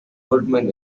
woodman